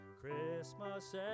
Christmas